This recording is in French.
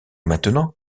maintenant